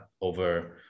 over